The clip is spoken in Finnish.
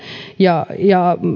ja ja